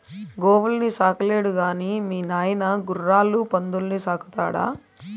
గోవుల్ని సాకలేడు గాని మీ నాయన గుర్రాలు పందుల్ని సాకుతాడా